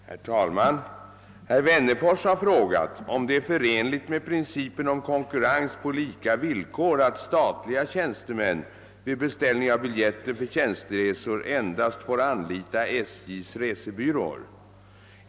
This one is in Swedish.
Herr talman! Herr Wennerfors har frågat, om det är förenligt med principen om konkurrens på lika villkor att statliga tjänstemän vid beställning av biljetter för tjänsteresor endast får anlita SJ:s resebyråer.